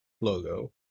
logo